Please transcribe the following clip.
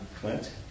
Clint